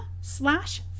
slash